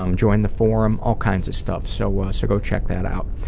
um join the forum, all kinds of stuff. so, so go check that out.